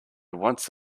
once